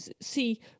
see